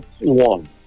one